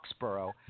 Foxborough